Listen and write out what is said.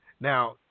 Now